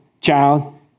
child